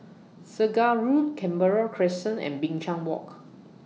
Segar Road Canberra Crescent and Binchang Walk